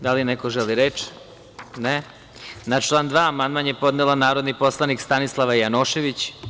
Da li neko želi reč? (Ne) Na član 2. amandman je podnela narodni poslanik Stanislava Janošević.